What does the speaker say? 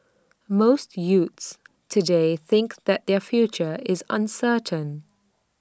most youths today think that their future is uncertain